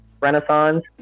Renaissance